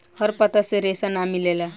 हर पत्ता से रेशा ना मिलेला